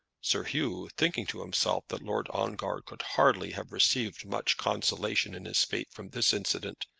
sir hugh, thinking to himself that lord ongar could hardly have received much consolation in his fate from this incident,